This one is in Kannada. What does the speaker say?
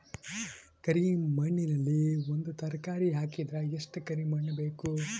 ಕರಿ ಮಣ್ಣಿನಲ್ಲಿ ಒಂದ ತರಕಾರಿ ಹಾಕಿದರ ಎಷ್ಟ ಕರಿ ಮಣ್ಣು ಬೇಕು?